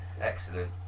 excellent